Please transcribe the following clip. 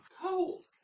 cold